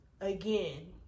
again